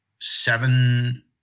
seven